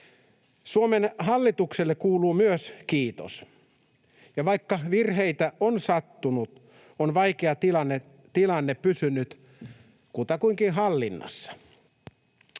Suomen hallitukselle kuuluu myös kiitos, ja vaikka virheitä on sattunut, on vaikea tilanne pysynyt kutakuinkin hallinnassa.